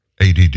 ADD